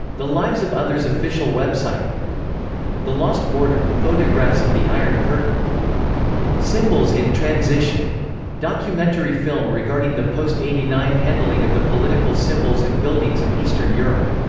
the lives of others official website the lost border photographs of the iron curtain symbols in transition documentary film regarding the post eighty nine handling of the political symbols and buildings of eastern europe